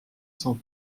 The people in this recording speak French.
sans